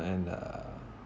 and uh